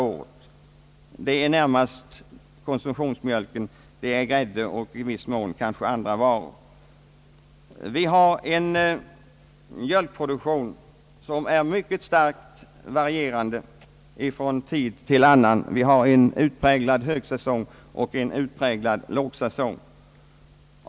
Det gäller närmast konsumtionsmjölk, grädde och i viss mån andra varor. Vi har på produktionssidan en stark säsongvariation. Vi har en utpräg lad högsäsong och en utpräglad lågsäsong.